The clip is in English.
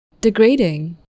degrading